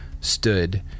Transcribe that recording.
stood